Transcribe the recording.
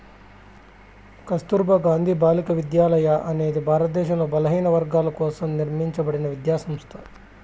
కస్తుర్బా గాంధీ బాలికా విద్యాలయ అనేది భారతదేశంలో బలహీనవర్గాల కోసం నిర్మింపబడిన విద్యా సంస్థ